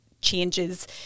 changes